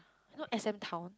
you know S_M-Town